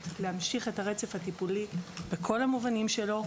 להמשיך את הרצף הטיפולי בכל המובנים שלו,